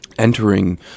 entering